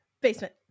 basement